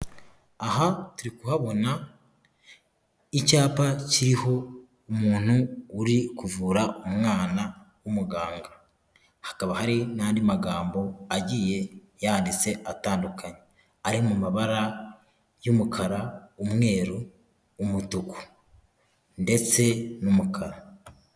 Aha turi kuhabona icyapa kiriho umuntu uri kuvura umwana w'umuganga, hakaba hari n'andi magambo agiye yanditse atandukanye ari mu mabara y'umukara, umweru, umutuku ndetse n'umukara.